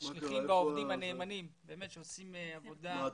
השליחים והעובדים הנאמנים שעושים עבודת קודש,